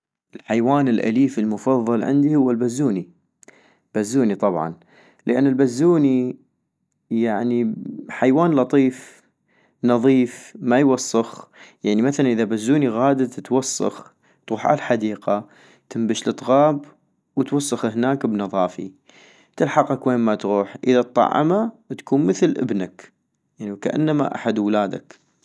الحيوان الاليف المفضل عندي هو البزوني، البزوني طبعا - لانو البزوني حيوان لطيف نظيف ما يوصخ، يعني مثلا اذا بزوني غادت توصخ، تغوح عالحديقة تنبش الطغاب وتوصخ هناك بنظافي - تلحقك وين ما تغوح ،اذا اطعما تكون مثل ابنك، يعني وكأنما احد ولادك